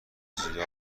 زیر